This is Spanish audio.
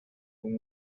con